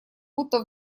будто